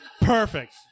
perfect